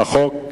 החוק כדלקמן,